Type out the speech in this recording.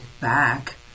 back